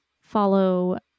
follow